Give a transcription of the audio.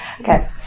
Okay